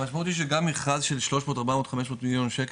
המשמעות היא שגם מכרז של 300-400-500 מליון שקל